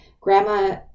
grandma